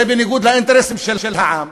זה בניגוד לאינטרסים של העם.